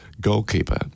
goalkeeper